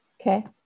Okay